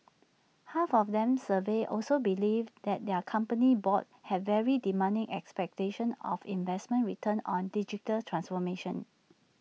half of them surveyed also believed that their company boards had very demanding expectations of investment returns on digital transformation